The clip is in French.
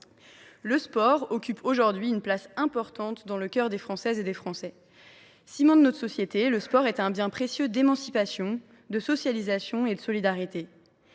Le sport occupe aujourd’hui une place importante dans le cœur des Françaises et des Français. Ciment de notre société, il est un bien précieux d’émancipation, de socialisation et de solidarité.